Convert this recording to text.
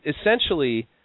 Essentially